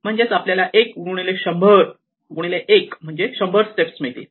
म्हणजे आपल्याला 1 गुणिले 100 गुणिले 1 म्हणजेच 100 स्टेप मिळतील